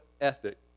ethic